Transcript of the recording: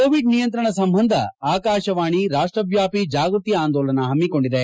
Covid ನಿಯಂತ್ರಣ ಸಂಬಂಧ ಆಕಾಶವಾಣಿ ರಾಷ್ಟವ್ಯಾಪಿ ಜಾಗೃತಿ ಅಂದೋಲನಾ ಪಮ್ಮಿಕೊಂಡಿದೆ